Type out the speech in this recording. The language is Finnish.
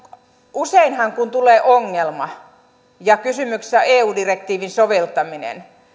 useinhan kun tulee ongelma ja kysymyksessä on eu direktiivin soveltaminen